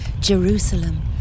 Jerusalem